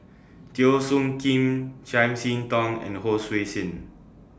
Teo Soon Kim Chiam See Tong and Hon Sui Sen